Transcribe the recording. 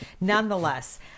nonetheless